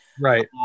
right